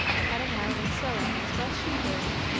cutting out and sewing as best she could,